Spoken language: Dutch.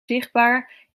zichtbaar